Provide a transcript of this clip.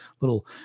little